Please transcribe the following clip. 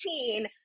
18